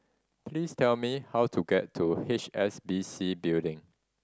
please tell me how to get to H S B C Building